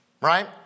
Right